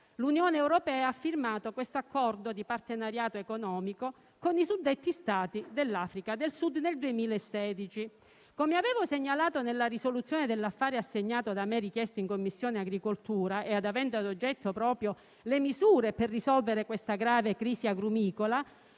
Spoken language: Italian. l'Unione europea ha firmato nel 2016 l'accordo di partenariato economico con i suddetti Stati dell'Africa del Sud. Come avevo segnalato nella risoluzione dell'affare assegnato da me richiesto in Commissione agricoltura, avente ad oggetto proprio le misure per risolvere la grave crisi agrumicola,